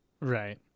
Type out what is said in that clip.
right